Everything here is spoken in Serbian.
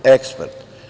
Ekspert.